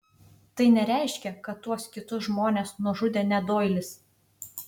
tai nereiškia kad tuos kitus žmones nužudė ne doilis